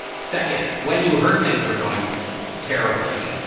second, when you heard things were going terribly.